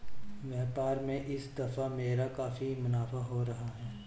व्यापार में इस दफा मेरा काफी मुनाफा हो रहा है